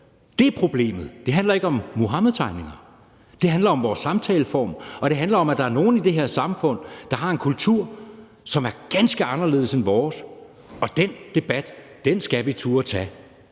Dét er problemet. Det handler ikke om Muhammedtegningerne; det handler om vores samtaleform, og det handler om, at der er nogle i det her samfund, der har en kultur, som er ganske anderledes end vores, og den debat skal vi turde tage.